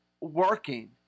working